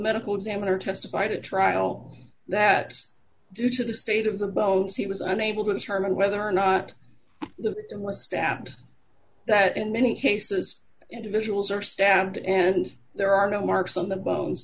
medical examiner testified at trial that due to the state of the bouts he was unable to determine whether or not the end was staff and that in many cases individuals are stabbed and there are no marks on the bones